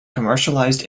commercialized